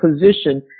position